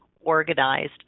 organized